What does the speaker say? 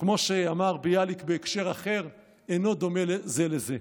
כמו שאמר ביאליק בהקשר אחר, "אינו דומה זה לזה".